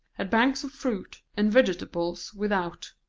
had banks of fruit and vegetables without,